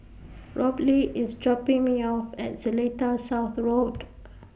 Robley IS dropping Me off At Seletar South Road